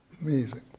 Amazing